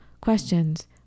questions